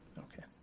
okay.